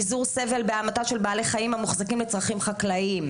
מזעור סבל בהמתה של בעלי חיים המוחזקים לצרכים חקלאיים,